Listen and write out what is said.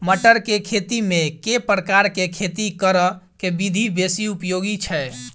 मटर केँ खेती मे केँ प्रकार केँ खेती करऽ केँ विधि बेसी उपयोगी छै?